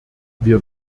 wir